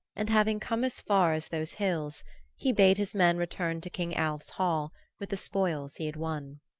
and having come as far as those hills he bade his men return to king alv's hall with the spoils he had won.